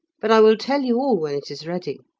but i will tell you all when it is ready.